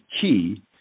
key